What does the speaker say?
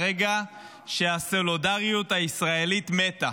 הרגע שבו הסולידריות הישראלית מתה.